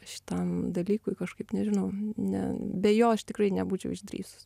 šitam dalykui kažkaip nežinau ne be jo aš tikrai nebūčiau išdrįsus